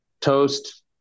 toast